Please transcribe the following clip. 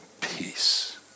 peace